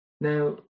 Now